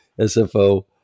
SFO